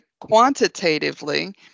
quantitatively